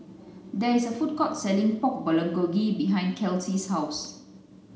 there is a food court selling Pork Bulgogi behind Kelsea's house